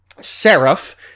Seraph